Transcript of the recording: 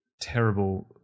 terrible